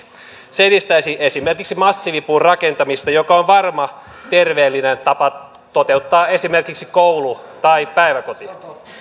se edistäisi esimerkiksi massiivipuurakentamista joka on varma terveellinen tapa toteuttaa esimerkiksi koulu tai päiväkoti